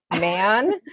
man